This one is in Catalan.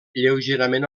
lleugerament